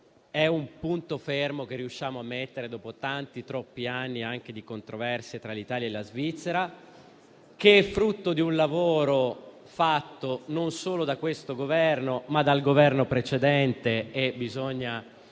è un punto fermo che riusciamo a mettere dopo tanti, troppi anni, anche di controversie, tra l'Italia e la Svizzera. Esso è inoltre frutto di un lavoro fatto non solo da questo Governo, ma anche dal Governo precedente. Bisogna